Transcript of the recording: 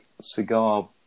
cigar